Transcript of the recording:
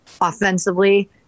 offensively